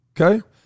okay